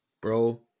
Bro